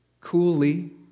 coolly